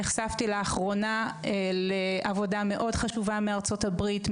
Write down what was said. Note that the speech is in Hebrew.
נחשפתי לאחרונה לעבודה מאוד חשובה מארצות הברית,